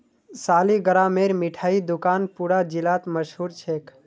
सालिगरामेर मिठाई दुकान पूरा जिलात मशहूर छेक